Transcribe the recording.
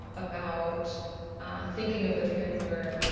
about thinking of the translator,